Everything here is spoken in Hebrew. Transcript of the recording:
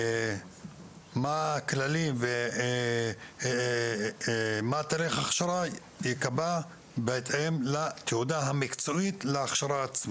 מה הכללים ודרך ההכשרה ייקבעו בהתאם לתעודה המקצועית להכשרה עצמה.